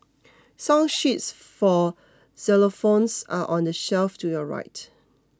song sheets for xylophones are on the shelf to your right